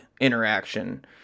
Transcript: interaction